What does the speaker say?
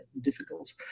difficult